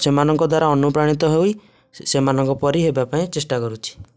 ସେମାନଙ୍କ ଦ୍ୱାରା ଅନୁପ୍ରାଣିତ ହୋଇ ସେମାନଙ୍କ ପରି ହେବା ପାଇଁ ଚେଷ୍ଟା କରୁଛି